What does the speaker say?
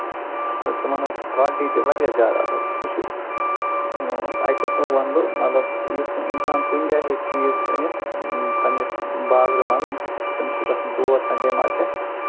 تہٕ تِمن ٲسۍ کالٹی تہِ واریاہ زیادٕ اَصٕل سُہ چھُ اَکہِ قٔسمُک وَنہٕ بہٕ مطلب یُس نہٕ اِنسان کُنہِ جایہِ ہٮ۪کہِ چیٖز أنِتھ پَنٕنِس بازرٕ منٛزٕ تٔمِس چھُ گژھُن تور سَنٛڈے مارکٮ۪ٹ